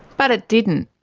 but it didn't.